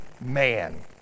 man